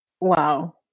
Wow